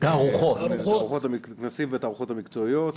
ולתערוכות המקצועיות,